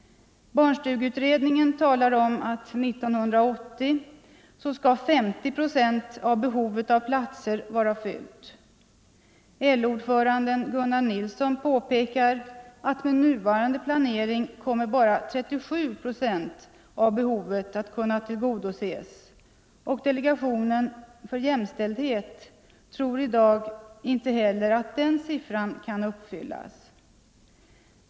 Barnstugeutredningen talar om att år 1980 14 november 1974 skall 50 procent av behovet av platser vara fyllt. LO-ordföranden Gunnar Nilsson påpekar att med nuvarande planering kommer bara 37 procent Om ökat stöd till av behovet att tillgodoses, och delegationen för jämställdhet tror i dag kommunernas att inte heller den siffran kan uppfyllas.